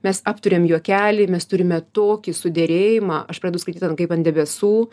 mes apturim juokelį mes turime tokį suderėjimą aš pradedu skraidyt kaip ant debesų